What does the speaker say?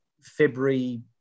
February